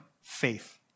faith